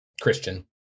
Christian